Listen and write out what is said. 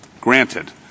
granted